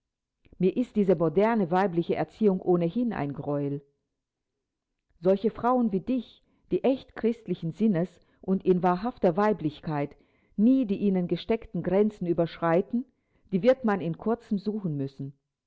mir ist diese moderne weibliche erziehung ohnehin ein greuel solche frauen wie dich die echt christlichen sinnes und in wahrhafter weiblichkeit nie die ihnen gesteckten grenzen überschreiten die wird man in kurzem suchen müssen